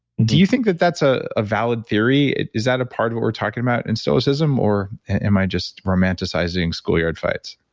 do you think that that's ah a valid theory? is that a part of what we're talking about in stoicism, or am i just romanticizing school yard fights?